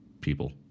people